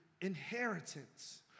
inheritance